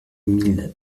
mille